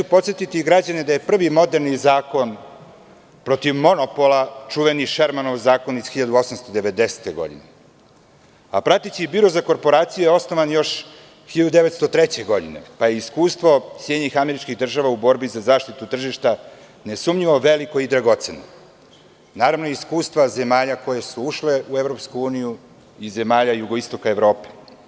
Podsetiću građane da je prvi moderni zakon protiv monopola, čuveni Šermanov zakon iz 1890. godine, a Prateći biro za korporaciju je osnovan 1903. godine, pa je iskustvo SAD u borbi za zaštitu tržišta nesumnjivo veliko i dragoceno, naravno i iskustva zemalja koje su ušle u EU i zemalja jugoistoka Evrope.